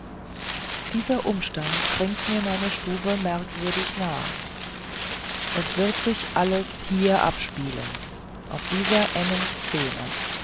dieser umstand bringt mir meine stube merkwürdig nah es wird sich alles hier abspielen auf dieser engen szene